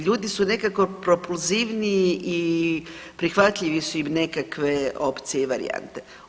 ljudi su nekako propulzivniji i prihvatljive su im nekakve opcije i varijante.